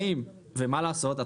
מה לעשות,